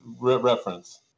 reference